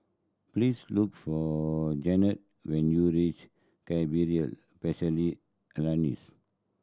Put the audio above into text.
please look for Jeanetta when you reach Cerebral Palsy Alliance